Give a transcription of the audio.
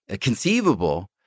conceivable